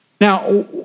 Now